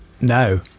no